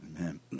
amen